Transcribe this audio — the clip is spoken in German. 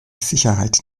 sicherheit